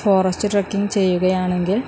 forest trekking ചെയ്യുകയാണെങ്കിൽ